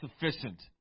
sufficient